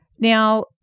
Now